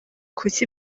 kuki